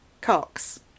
Cox